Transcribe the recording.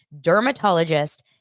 dermatologist